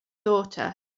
daughter